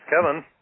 Kevin